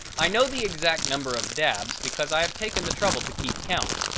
i know the exact number of dabs because i have taken the trouble to keep count.